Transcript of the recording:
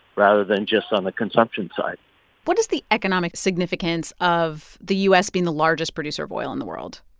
rather than just on the consumption side what is the economic significance of the u s. being the largest producer of oil in the world?